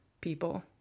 people